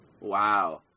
wow